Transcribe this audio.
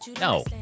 no